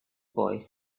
boy